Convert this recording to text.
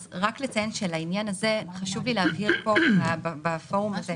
רק לציין שלעניין הזה חשוב לי להבהיר כאן בפורום הזה